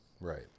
Right